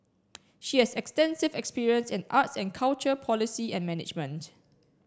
she has extensive experience in arts and culture policy and management